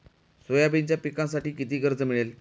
सोयाबीनच्या पिकांसाठी किती कर्ज मिळेल?